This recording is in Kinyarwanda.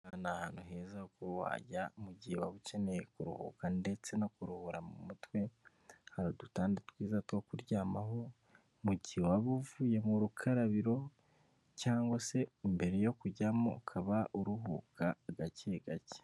Aha ni ahantu heza wajya mu gihe waba ukeneye kuruhuka ndetse no kuruhura mu mutwe hari, udutande twiza two kuryamaho mu gihe waba uvuye mu rukarabiro, cyangwa se mbere yo kujyamo ukaba uruhuka gake gake.